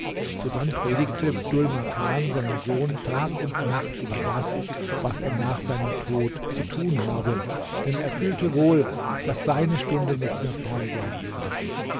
sodann predigte dhul makan seinem sohn tag und nacht über das was er nach seinem tod zu tun habe denn er fühlte wohl daß seine stunde nicht mehr fern sein würde